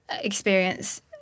experience